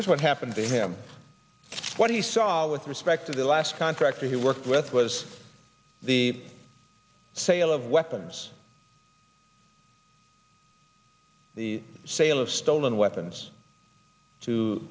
here's what happened to him what he saw with respect to the last contractor he worked with was the sale of weapons the sale of stolen weapons to